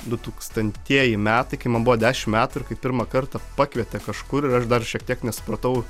du tūkstantieji metai kai man buvo dešim metų ir kai pirmą kartą pakvietė kažkur ir aš dar šiek tiek nesupratau